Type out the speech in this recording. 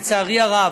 לצערי הרב,